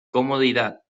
comodidad